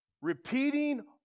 Repeating